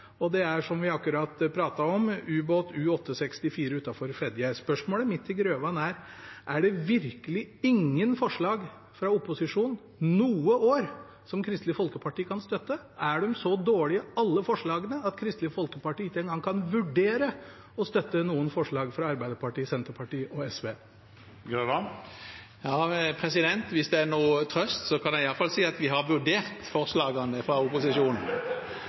og det er, som vi akkurat pratet om, ubåten «U-864» utenfor Fedje. Spørsmålet mitt til Grøvan er: Er det virkelig ingen forslag fra opposisjonen – noe år – som Kristelig Folkeparti kunne støtte? Er alle forslagene fra Arbeiderpartiet, Senterpartiet og SV så dårlige at Kristelig Folkeparti ikke engang kan vurdere å støtte noen av dem? Hvis det er noen trøst, kan jeg i hvert fall si at vi har vurdert forslagene fra opposisjonen